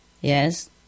Yes